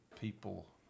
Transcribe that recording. people